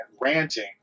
ranting